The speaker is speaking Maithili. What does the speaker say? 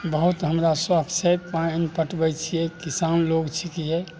बहुत हमरा शौख छै पानि पटबै छियै किसान लोग छिकियै